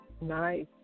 Nice